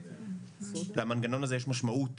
למנגנון הזה יש משמעות,